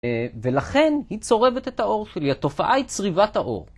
ולכן היא צורבת את האור שלי, התופעה היא צריבת האור.